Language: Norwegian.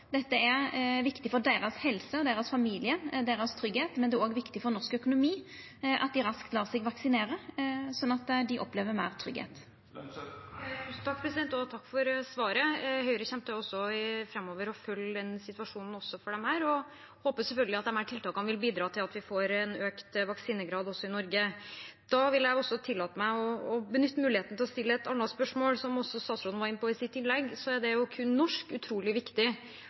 Dette er viktig for helsa deira, familiane deira og tryggleiken deira, men det er òg viktig for norsk økonomi at dei raskt lèt seg vaksinera, sånn at dei opplever meir tryggleik. Takk for svaret. Høyre kommer også framover til å følge situasjonen for disse, og jeg håper selvfølgelig at tiltakene vil bidra til at vi får en økt vaksinegrad i Norge. Da vil jeg benytte muligheten til å stille et annet spørsmål. Som også statsråden var inne på i sitt innlegg, er det å kunne norsk utrolig viktig